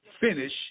finish